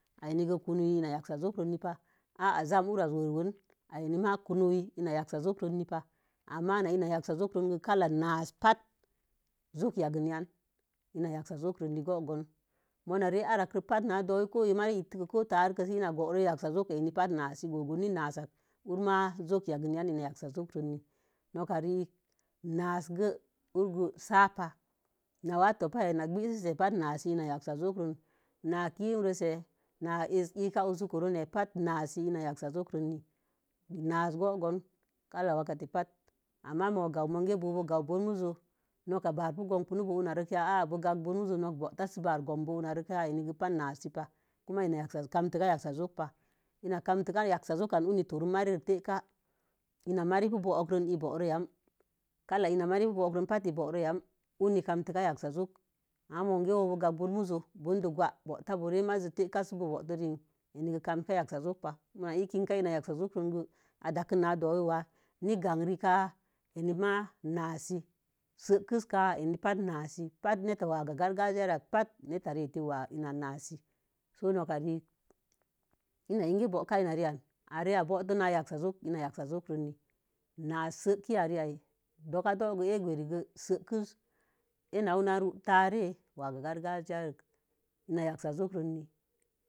A ənia kə kuwuni ina yagksə zokoni pa. A'a zan ura'a ra'az werwer nə. A enə ma ina yaksə zo̱o̱kui nə pa ana ma ina ina yaksə zo̱o̱kon nə go̱o̱gon muna re'a akə patə ko na yakgaz dowi'u ko i mare ittez ko ta'az sə ina boro yaksə zo̱o̱kə a lin batə nasə an batə gogon batə n yaksa jokone. Nasə kə ugo sə pa i wa tou pa ene'e’ nə gəze'e'n eni patə nasə ze'e’ a na kiime resə'a na ika uzo̱ko ronz sə ɓətə ina yaksə jokone', nasə go̱o̱gon ka la wagete pat. Ama mu'u ganwu bo̱omuzo noka ba'ar pu gonz nərek kii. A'a nok butə sə ba'arpu go̱o̱konez kii ianei batə nasə pa. Katinka yasa'a zo̱o̱kə pə. ina kantinka yaksa jokan ukii kamtə yaksa. Joko ma reri temka. Ina ipu bo̱o̱ ron kon i bo̱o̱ ya'am ka'a ina marei pi puroken i boro ya'am. Ui nə kamtə ka yaksə jokə. Ama mo̱o̱ə bo̱o̱ kan bo̱o̱ mu'iz bo̱o̱do gwa'a. Bo̱o̱ta borei maiz teka sə bo̱bo̱tə rei. Ine kə gamte ka yaksa jokə pa. mu i kinka ina yaksə jokon go̱o̱ i dasəz na yakka dowin wa nə gakre kə a nenima nasə. səkin ka, e’ nima batə nasə patə netə ya gargagiya retə patə ta re'a'tə paktin nasə sai noka rek ina ekə bo̱o̱ka netə re'an sai a'a bo̱o̱ nə yasə joko kə nii. Na'asə səkiya'a ka. Do ka do'u go səki sə a nəwi ru'u ta'az wakə ga gargagiya rei ina yaksa joko ne'e'.